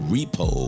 Repo